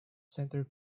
center